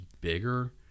bigger